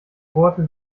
bohrte